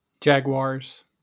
Jaguars